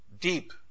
deep